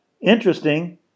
Interesting